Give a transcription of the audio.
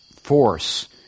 force